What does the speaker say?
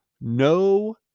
No